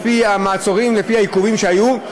לפי המעצורים ולפי העיכובים שהיו,